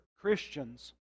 christians